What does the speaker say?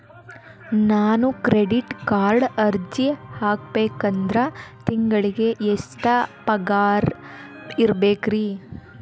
ನಾನು ಕ್ರೆಡಿಟ್ ಕಾರ್ಡ್ಗೆ ಅರ್ಜಿ ಹಾಕ್ಬೇಕಂದ್ರ ತಿಂಗಳಿಗೆ ಎಷ್ಟ ಪಗಾರ್ ಇರ್ಬೆಕ್ರಿ?